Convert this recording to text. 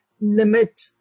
limit